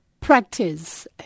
practice